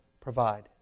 provide